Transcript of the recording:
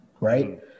right